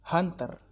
Hunter